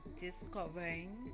discovering